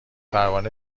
پروانه